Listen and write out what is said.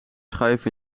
schuif